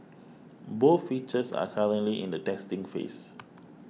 both features are currently in the testing phase